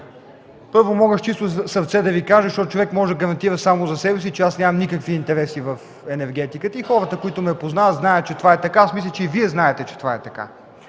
Първо, мога с чисто сърце да Ви кажа, защото човек може да гарантира само за себе си, че нямам никакви интереси в енергетиката. Хората, които ме познават, знаят, че това е така и мисля, че и Вие знаете, че това е така.